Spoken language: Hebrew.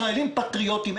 ישראלים פטריוטים,